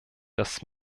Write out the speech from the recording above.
dass